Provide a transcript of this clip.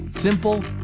simple